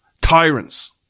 tyrants